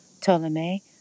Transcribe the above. Ptolemy